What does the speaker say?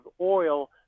oil